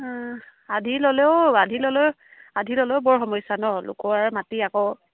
অঁ আধি ল'লেও আধি ল'লেও আধি ল'লেও বৰ সমস্যা নহ্ লোকৰ মাটি আকৌ